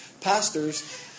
Pastors